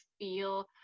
feel